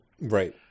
Right